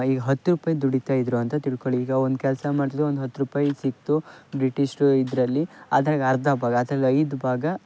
ಈಗ ಹತ್ತು ರೂಪಾಯಿ ದುಡೀತ ಇದ್ದರು ಅಂತ ತಿಳ್ಕೊಳ್ಳಿ ಈಗ ಒಂದು ಕೆಲಸ ಮಾಡ್ದ್ರೆ ಒಂದು ಹತ್ತು ರೂಪಾಯಿ ಸಿಕ್ತು ಬ್ರಿಟೀಷರು ಇದರಲ್ಲಿ ಅದ್ರಲ್ ಅರ್ಧ ಭಾಗ ಅದ್ರಲ್ಲಿ ಐದು ಭಾಗ